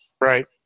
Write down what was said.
Right